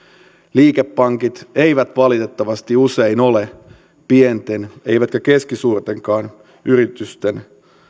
liikepankit eivät valitettavasti usein ole pienten eivätkä keskisuurtenkaan yritysten